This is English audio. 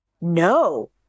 no